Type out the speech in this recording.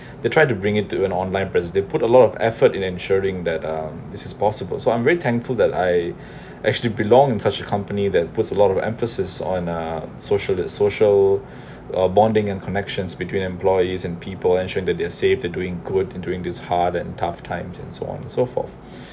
they tried to bring it to an online presence they put a lot of effort in ensuring that um this is possible so I'm very thankful that I actually belonged in such a company that puts a lot of emphasis on a social that social uh bonding and connections between employees and people ensuring that they're safe they're doing good and doing this hard and tough times and so on so forth